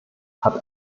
hat